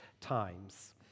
times